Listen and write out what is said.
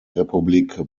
republik